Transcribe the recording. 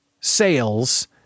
sales